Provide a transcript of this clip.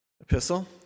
epistle